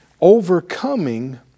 overcoming